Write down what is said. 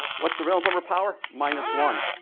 what's the reynolds number power? minus one.